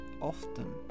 Often